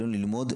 עלינו ללמוד,